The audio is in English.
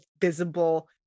visible